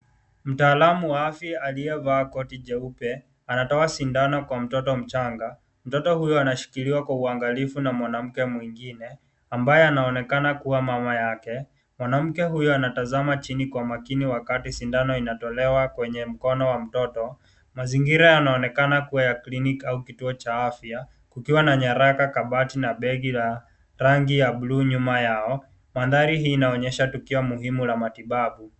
Mtaalamu wa afya, aliyevaa koti jeupe, anatoa sindano kwa mtoto mchanga. Mtoto huyo anashikiliwa kwa uangalifu na mwanamke mwingine, ambaye anaonekana kuwa mama yake. Mwanamke huyo anatazama chini kwa makini wakati sindano inatolewa kwenye mkono wa mtoto. Mazingira yanaonekana kuwa ya kliniki au kituo cha afya. Kukiwa na nyaraka, kabati na begi la rangi ya blue nyuma yao. Mandhari hii inaonyesha tukio muhimu la matibabu.